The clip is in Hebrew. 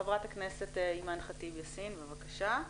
ח"כ אימאן ח'טיב יאסין בבקשה.